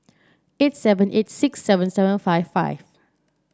eight seven eight six seven seven five five